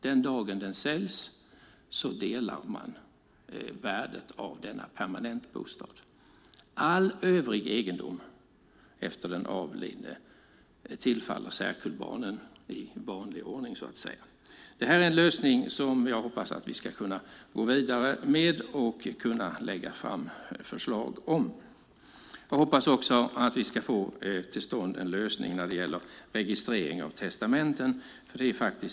Den dag permanentbostaden säljs delar man värdet av den. All övrig egendom efter den avlidne tillfaller särkullbarnen i vanlig ordning. Detta är en lösning som jag hoppas att vi ska kunna gå vidare med och lägga fram förslag om. Jag hoppas också att vi ska få till stånd en lösning för registrering av testamenten.